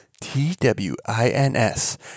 t-w-i-n-s